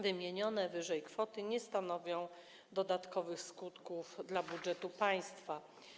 Wymienione wyżej kwoty nie stanowią dodatkowych skutków dla budżetu państwa.